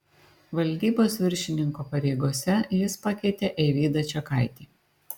valdybos viršininko pareigose jis pakeitė eivydą čekaitį